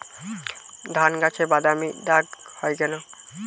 ধানগাছে বাদামী দাগ হয় কেন?